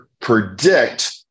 predict